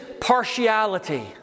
partiality